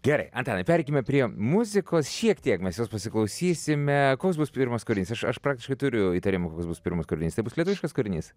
gerai antanai pereikime prie muzikos šiek tiek mes jos pasiklausysime koks bus pirmas kūrinys aš aš praktiškai turiu įtarimų koks bus pirmas kūrinys tai bus lietuviškas kūrinys